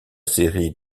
série